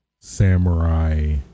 samurai